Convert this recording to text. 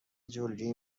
جلگهای